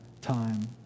time